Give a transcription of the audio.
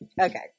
Okay